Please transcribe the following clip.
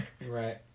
Right